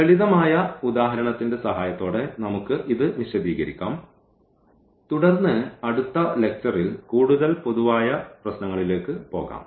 ലളിതമായ ഉദാഹരണത്തിന്റെ സഹായത്തോടെ നമുക്ക് ഇത് വിശദീകരിക്കാം തുടർന്ന് അടുത്ത ലെക്ച്ചറിൽ കൂടുതൽ പൊതുവായ പ്രശ്നങ്ങളിലേക്ക് പോകാം